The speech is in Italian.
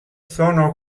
sono